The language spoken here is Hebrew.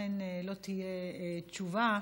ולכן לא תהיה תשובה.